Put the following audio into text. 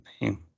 name